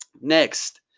next,